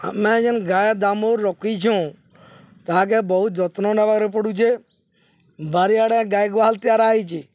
ଆମେ ଯେନ୍ ଗାଁ ଦାମ ରଖିଛୁଁ ତାହାକେ ବହୁତ ଯତ୍ନ ନେବାରେ ପଡ଼ୁଛେ ବାରିଆଡ଼େ ଗାଈ ଗୁହାଲ ତିଆରି ହେଇଚି